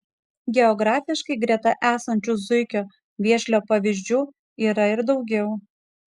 geografiškai greta esančių zuikio vėžlio pavyzdžių yra ir daugiau